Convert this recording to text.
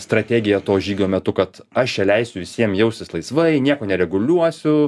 strategiją to žygio metu kad aš čia leisiu visiem jaustis laisvai nieko nereguliuosiu